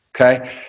Okay